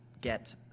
get